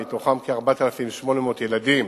מתוכם כ-4,800 ילדים,